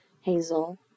Hazel